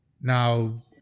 Now